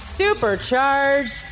Supercharged